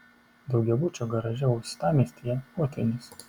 daugiabučio garaže uostamiestyje potvynis